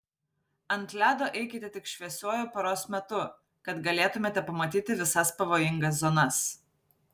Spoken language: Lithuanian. ant ledo eikite tik šviesiuoju paros metu kad galėtumėte pamatyti visas pavojingas zonas